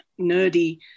nerdy